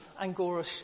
angora